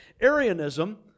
Arianism